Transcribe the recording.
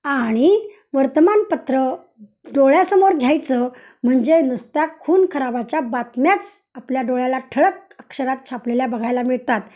आणि वर्तमानपत्रं डोळ्यासमोर घ्यायचं म्हणजे नुसत्या खून खराबाच्या बातम्याच आपल्या डोळ्याला ठळक अक्षरात छापलेल्या बघायला मिळतात